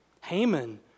Haman